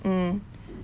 mmhmm